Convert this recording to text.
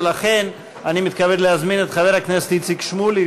ולכן אני מתכבד להזמין את חבר הכנסת איציק שמולי,